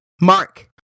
mark